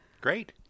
Great